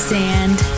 sand